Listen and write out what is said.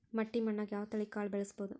ಮಟ್ಟಿ ಮಣ್ಣಾಗ್, ಯಾವ ತಳಿ ಕಾಳ ಬೆಳ್ಸಬೋದು?